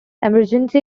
emergency